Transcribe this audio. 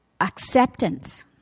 acceptance